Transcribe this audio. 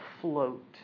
float